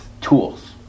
tools